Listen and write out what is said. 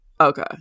Okay